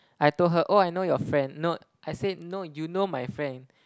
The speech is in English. I told her oh I know your friend no I say no you know my friend